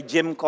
Jim